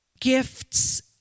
gifts